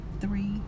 three